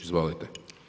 Izvolite.